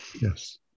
Yes